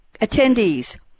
attendees